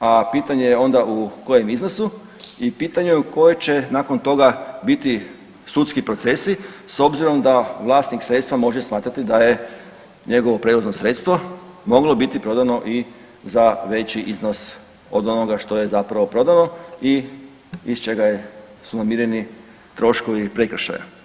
a pitanje je onda u kojem iznosu i pitanje je u kojem će nakon toga biti sudski procesi s obzirom da vlasnik sredstva može smatrati da je njegovo prijevozno sredstvo moglo biti prodano i za veći iznos od onoga što je zapravo prodano i iz čega su namireni troškovi prekršaja.